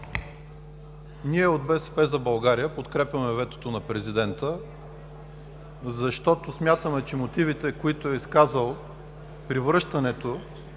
Ние от „БСП за България“ подкрепяме ветото на президента, защото смятаме, че мотивите, които е изказал при връщането